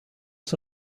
uns